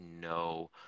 no